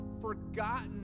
forgotten